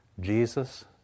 Jesus